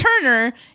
Turner